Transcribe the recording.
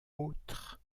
autres